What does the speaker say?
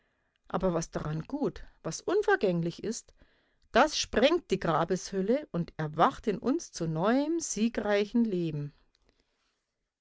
aber was daran gut was unvergänglich ist das sprengt die grabeshülle und erwacht in uns zu neuem siegreichem leben